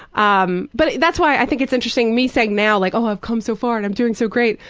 um but that's why i think it's interesting, me saying now, like oh i've come so far and i'm doing so great,